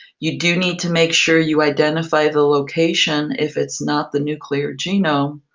you do need to make sure you identify the location, if it's not the nuclear genome,